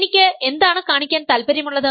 എനിക്ക് എന്താണ് കാണിക്കാൻ താൽപ്പര്യമുള്ളത്